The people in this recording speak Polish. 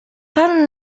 pan